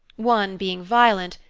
one being violent,